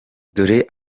dore